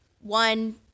one